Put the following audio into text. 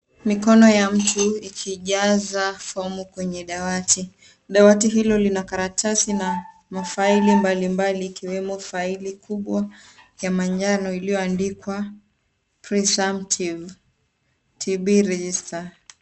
Mikono ya mtu ikijaza fomu kwenye dawati. Dawati hilo Lina karatasi na mafaili mbali mbali ikiwemo faili kubwa ya njano iliyoandikwa preservative tb register .